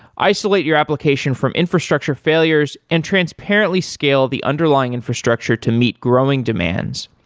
isolate your application from infrastructure failures and transparently scale the underlying infrastructure to meet growing demands,